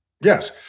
Yes